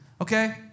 okay